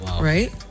right